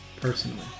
Personally